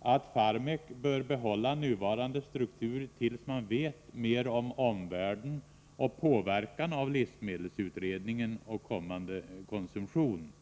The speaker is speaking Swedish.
att Farmek bör behålla nuvarande struktur tills man vet mer om omvärlden och påverkan av livsmedelsutredningen och kommande konsumtion.